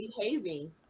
behaving